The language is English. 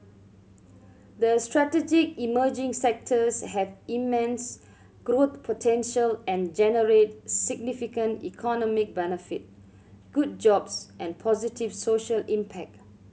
the strategic emerging sectors have immense growth potential and generate significant economic benefit good jobs and positive social impact